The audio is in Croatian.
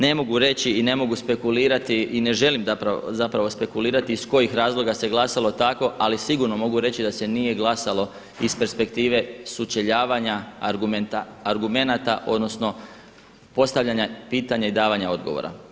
Ne mogu reći i ne mogu spekulirati i ne želim spekulirati iz kojih razloga se glasalo tako, ali sigurno mogu reći da se nije glasalo iz perspektive sučeljavanja argumenata odnosno postavljanja pitanja i davanja odgovora.